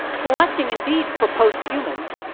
selecting, indeed, for post-humans,